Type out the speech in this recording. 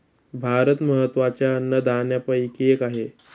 भात महत्त्वाच्या अन्नधान्यापैकी एक आहे